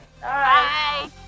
Bye